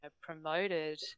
promoted